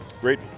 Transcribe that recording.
Great